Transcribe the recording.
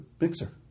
mixer